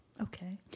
Okay